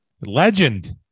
Legend